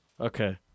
okay